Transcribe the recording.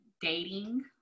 dating